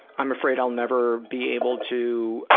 i'm afraid i'll never be able to